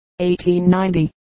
1890